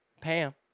Pam